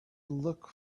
look